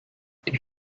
die